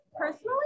Personally